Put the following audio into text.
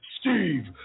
Steve